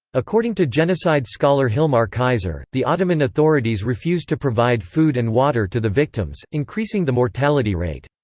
according to genocide scholar hilmar kaiser, the ottoman authorities refused to provide food and water to the victims, increasing the mortality rate.